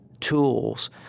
tools